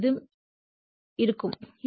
எனவே இது இருக்கும்